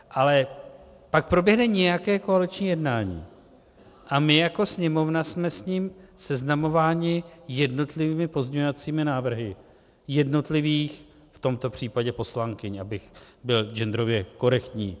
Ale pak proběhne nějaké koaliční jednání a my jako Sněmovna jsme s ním seznamováni jednotlivými pozměňovacími návrhy jednotlivých v tomto případě poslankyň, abych byl genderově korektní.